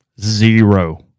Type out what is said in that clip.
Zero